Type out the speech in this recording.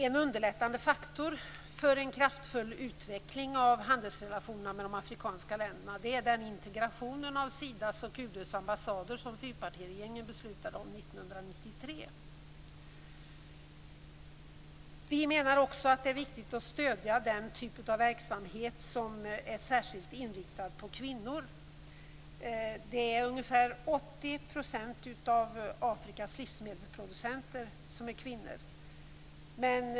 En underlättande faktor för en kraftfull utveckling av handelsrelationerna med de afrikanska länderna är den integration av Sidas kontor och UD:s ambassader som fyrpartiregeringen beslutade om år Vi menar också att det är viktigt att stödja den typ av verksamhet som är särskilt inriktad på kvinnor. Ungefär 80 % av Afrikas livsmedelsproducenter är kvinnor.